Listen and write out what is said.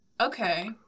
Okay